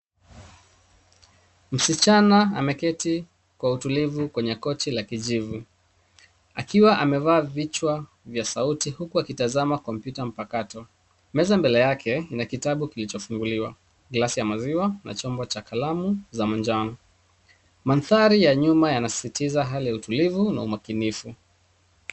Msichana ameketi kwa utulivu kwenye koti la kijivu, akiwa amevaa vichwa vya sauti, huku akitazama kompyuta mpakato. Meza mbele yake ina kitabu kilichofunguliwa. Glasi ya maziwa na chombo cha kalamu za manjano. Mandhari ya nyuma yanasisitiza hali ya utulivu na umakinifu.